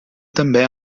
també